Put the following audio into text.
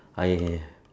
I